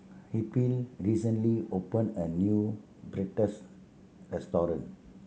Raphael recently opened a new Pretzel restaurant